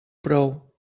prou